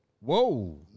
Whoa